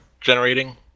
generating